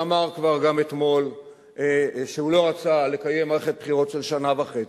ואמר כבר גם אתמול שהוא לא רצה לקיים מערכת בחירות של שנה וחצי,